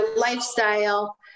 lifestyle